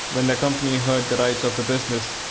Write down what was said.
when the company heard the rights of the business,